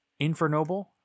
Infernoble